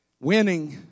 winning